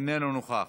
איננו נוכח,